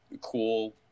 cool